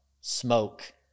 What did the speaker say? smoke